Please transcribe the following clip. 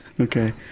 Okay